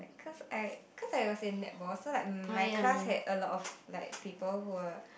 cause I cause I was in netball so like my class has a lot of like people who were